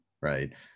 right